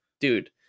dude